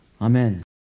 Amen